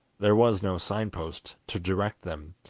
there was no sign-post to direct them,